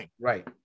Right